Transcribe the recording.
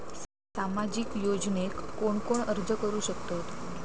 सामाजिक योजनेक कोण कोण अर्ज करू शकतत?